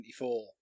1974